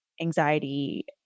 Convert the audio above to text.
anxiety